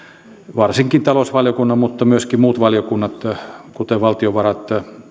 varsinkin talousvaliokunnan mutta myöskin muut valiokunnat kuten valtiovarat